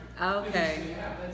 Okay